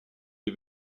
les